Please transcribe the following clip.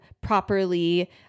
properly